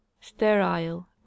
sterile